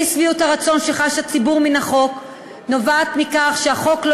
אי-שביעות הרצון שחש הציבור מהחוק נבעה מכך שהחוק לא